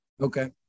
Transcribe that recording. okay